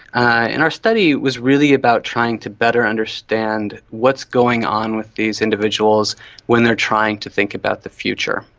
and our study was really about trying to better understand what's going on with these individuals when they are trying to think about the future.